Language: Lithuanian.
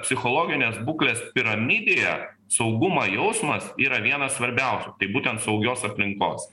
psichologinės būklės piramidėje saugumo jausmas yra vienas svarbiausių tai būtent saugios aplinkos